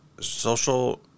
social